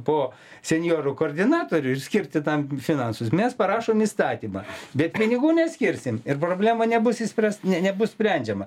po senjorų koordinatorių išskirti tam finansus mes parašom įstatymą bet pinigų neskirsim ir problema nebus išspręs ne nebus sprendžiama